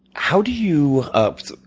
how do you ah